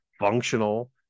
functional